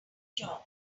job